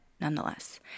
nonetheless